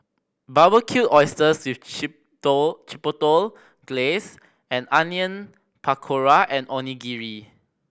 Barbecued Oysters with Chipotle Glaze and Onion Pakora and Onigiri